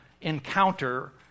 encounter